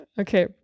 Okay